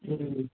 ம்ம்